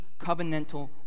covenantal